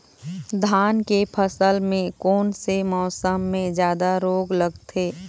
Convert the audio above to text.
धान के फसल मे कोन से मौसम मे जादा रोग लगथे?